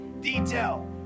detail